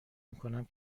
میکنم